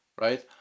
right